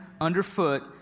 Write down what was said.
underfoot